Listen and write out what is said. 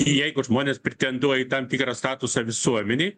jeigu žmonės pretenduoja į tam tikrą statusą visuomenėj